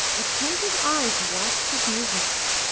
attentive eyes watched his movements.